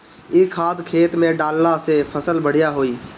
इ खाद खेत में डालला से फसल बढ़िया होई